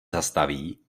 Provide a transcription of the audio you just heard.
zastaví